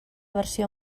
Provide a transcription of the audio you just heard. versió